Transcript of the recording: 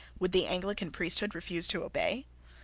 would the anglican priesthood refuse to obey?